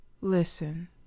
listen